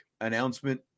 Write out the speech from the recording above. announcement